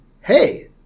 hey